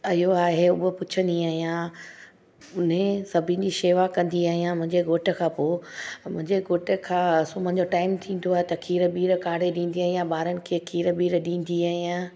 इहो आहे उहो पुछंदी आहियां ने सभिनि जी शेवा कंदी आहियां मुंहिंजे घोट खां पोइ मुंहिंजे घोट खां आ सुम्हण जो टाइम थींदो आहे त खीरु ॿीर काड़े ॾींदी आहियां ॿारनि खे खीरु ॿीर ॾींदी आहियां